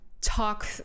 talk